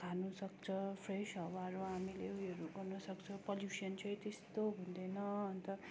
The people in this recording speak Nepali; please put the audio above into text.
खानुसक्छ फ्रेस हावाहरू हामीले उयोहरू गर्नुसक्छौँ पोल्युसन चाहिँ त्यस्तो हुँदैन अन्त